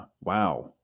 Wow